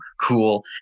cool